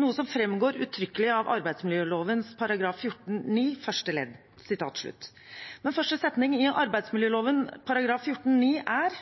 noe som fremgår uttrykkelig av arbeidsmiljøloven § 14-9 første ledd». Men første setning i arbeidsmiljøloven § 14-9 er: